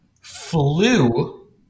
Flew